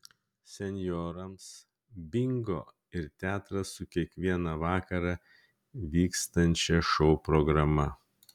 senjorams bingo ir teatras su kiekvieną vakarą vykstančia šou programa